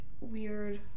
weird-